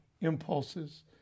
impulses